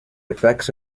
effects